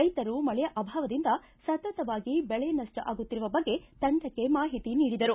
ರೈತರು ಮಳೆಯ ಅಭಾವದಿಂದ ಸತತವಾಗಿ ಬೆಳೆ ನಷ್ಷ ಆಗುತ್ತಿರುವ ಬಗ್ಗೆ ತಂಡಕ್ಕೆ ಮಾಹಿತಿ ನೀಡಿದರು